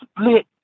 split